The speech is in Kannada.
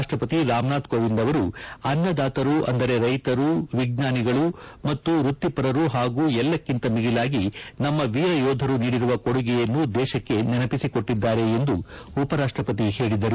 ರಾಷ್ಟಪತಿ ರಾಮನಾಥ್ ಕೋವಿಂದ್ ಅವರು ಅನ್ನದಾತರು ಅಂದರೆ ರೈತರ ವಿಜ್ಞಾನಿಗಳ ಮತ್ತು ವೃತ್ತಿಪರರು ಹಾಗೂ ಎಲ್ಲಕ್ಕಿಂತ ಮಿಗಿಲಾಗಿ ನಮ್ಮ ವೀರ ಯೋಧರು ನೀಡಿರುವ ಕೊಡುಗೆಯನ್ನು ದೇಶಕ್ಕೆ ನೆನಪಿಸಿಕೊಟ್ಟದ್ದಾರೆ ಎಂದು ಹೇಳಿದರು